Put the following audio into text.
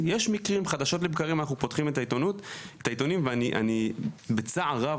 יש מקרים חדשות לבקרים אנחנו פותחים את העיתונים ואני בצער רב